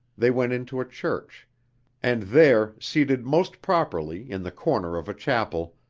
they went into a church and there, seated most properly in the corner of a chapel,